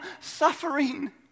suffering